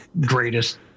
greatest